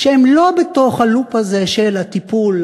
שהם לא בתוך הלופ הזה של הטיפול,